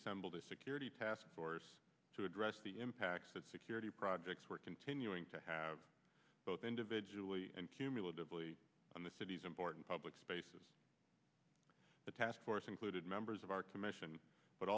assembled a security task force to address the impacts that security projects were continuing to have both individually and cumulatively on the city's important public spaces the task force included members of our commission but